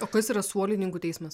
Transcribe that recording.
o kas yra suolininkų teismas